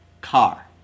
car